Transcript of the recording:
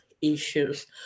issues